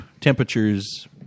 temperatures